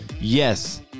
Yes